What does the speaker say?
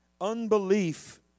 Unbelief